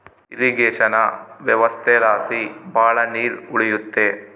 irrigation ವ್ಯವಸ್ಥೆಲಾಸಿ ಭಾಳ ನೀರ್ ಉಳಿಯುತ್ತೆ